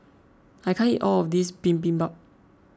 I can't eat all of this Bibimbap